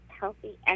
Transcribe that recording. healthy